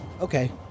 okay